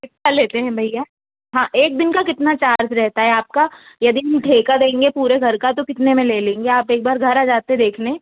कितना लेते हैं भैया हाँ एक दिन का कितना चार्ज रहता है आपका यदि हम ठेका देंगे पूरे घर का तो कितने मे ले लेंगे आप एक बार घर आ जाते देखने